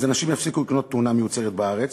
אז אנשים יפסיקו לקנות טונה המיוצרת בארץ.